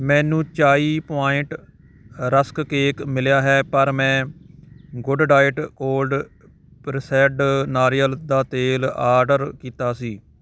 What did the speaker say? ਮੈਨੂੰ Chai point rusk cake ਮਿਲਿਆ ਹੈ ਪਰ ਮੈਂ ਗੁੱਡਡਾਇਟ ਕੋਲਡ ਪਰਸੈੱਡ ਨਾਰੀਅਲ ਦਾ ਤੇਲ ਆਰਡਰ ਕੀਤਾ ਸੀ